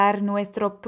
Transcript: nuestro